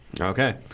Okay